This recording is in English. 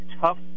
tough